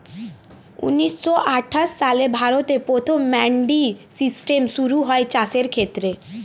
ঊন্নিশো আটাশ সালে ভারতে প্রথম মান্ডি সিস্টেম শুরু হয় চাষের ক্ষেত্রে